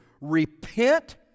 repent